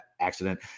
accident